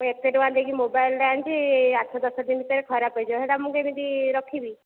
ମୁଁ ଏତେ ଟଙ୍କା ଦେଇ କି ମୋବାଇଲଟା ଆଣିଛି ଆଠ ଦଶ ଦିନ ଭିତରେ ଖରାପ ହୋଇଯିବ ସେ'ଟା ମୁଁ କେମିତି ରଖିବି